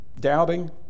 doubting